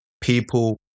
people